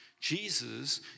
Jesus